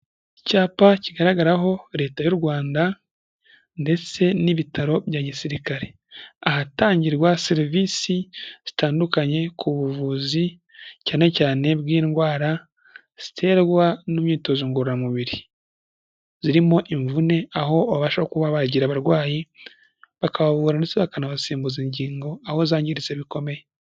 Icyapa kigaragaraho Leta y'u Rwanda ndetse n'ibitaro bya gisirikare. Ahatangirwa serivisi zitandukanye ku buvuzi cyane cyane bw'indwara ziterwa n'imyitozo ngororamubiri, zirimo imvune aho babasha kuba bagira abarwayi bakabavura ndetse bakanabasimbuza ingingo aho zangiritse bikomeye.